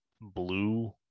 blue